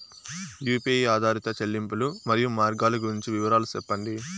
UPI ఆధారిత చెల్లింపులు, మరియు మార్గాలు గురించి వివరాలు సెప్పండి?